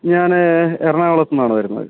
ഞാൻ എറണാകുളത്ത് നിന്നാണ് വരുന്നത്